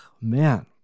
man